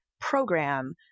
program